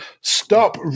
Stop